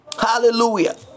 Hallelujah